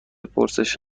پرسش